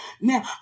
Now